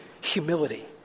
humility